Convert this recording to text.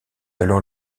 alors